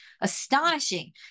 astonishing